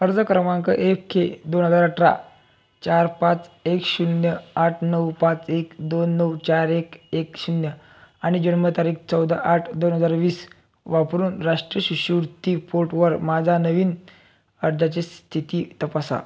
अर्ज क्रमांक F K दोन हजार अठरा चार पाच एक शून्य आठ नऊ पाच एक दोन नऊ चार एक एक शून्य आणि जन्मतारीख चौदा आठ दोन हजार वीस वापरून राष्ट्रीय शिष्यवृत्ती पोर्टवर माझ्या नवीन अर्जाची स्थिती तपासा